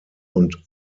und